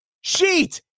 sheet